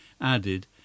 added